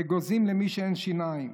אגוזים למי שאין שיניים.